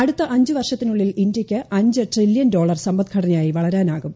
അടുത്ത അഞ്ച് വർഷത്തിനുള്ളിൽ ഇന്ത്യയ്ക്ക് അഞ്ച് ട്രില്യൺ ഡോളർ സമ്പദ്ഘടനയായി വളരാനാകും